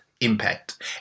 impact